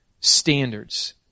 standards